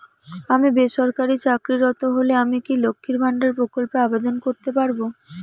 আমি বেসরকারি চাকরিরত হলে আমি কি লক্ষীর ভান্ডার প্রকল্পে আবেদন করতে পারব?